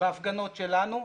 בהפגנות שלנו.